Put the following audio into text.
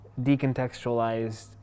decontextualized